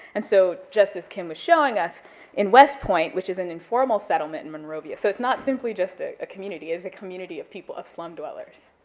and so just as kim was showing us in west point, which is an informal settlement in monrovia, so it's not simply just a community, it's a community of people, of slum dwellers.